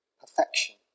perfection